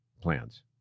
plans